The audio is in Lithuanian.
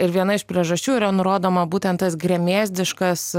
ir viena iš priežasčių yra nurodoma būtent tas gremėzdiškas